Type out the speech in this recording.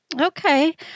Okay